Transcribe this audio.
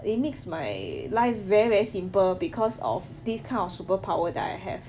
it makes my life very very simple because of this kind of superpower that I have